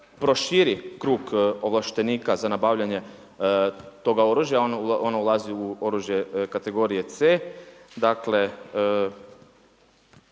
proširi krug ovlaštenika za nabavljanje toga oružja, ono ulazi u oružje kategorije C.